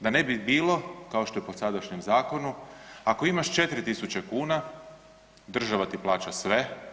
Da ne bi bilo kao što je po sadašnjem zakonu, ako imaš 4000 kuna država ti plaća sve.